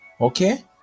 okay